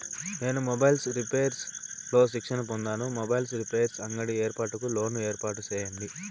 నేను mobiles repairs లో శిక్షణ పొందాను, మొబైల్ రిపైర్స్ అంగడి ఏర్పాటుకు లోను ఏర్పాటు సేయండి?